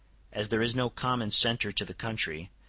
as there is no common centre to the country,